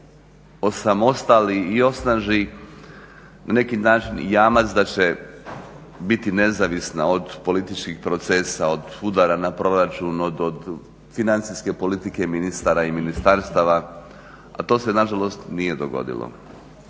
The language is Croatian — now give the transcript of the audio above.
osamostali i osnaži na neki način jamac da će biti nezavisna od političkih procesa, od udara na proračun, od financijske politike ministara i ministarstava a to se nažalost nije dogodilo.